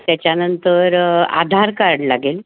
त्याच्यानंतर आधार कार्ड लागेल